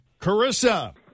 Carissa